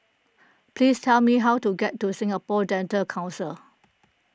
please tell me how to get to Singapore Dental Council